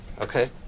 Okay